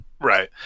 Right